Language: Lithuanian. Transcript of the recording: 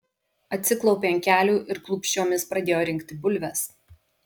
atsiklaupė ant kelių ir klūpsčiomis pradėjo rinkti bulves